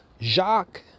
Jacques